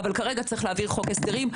אבל כרגע צריך להעביר חוק הסדרים.